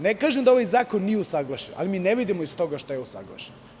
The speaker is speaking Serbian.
Ne kažem da ovaj zakon nije usaglašen, ali iz toga ne vidimo šta je usaglašeno.